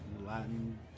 Latin